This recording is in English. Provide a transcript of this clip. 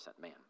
man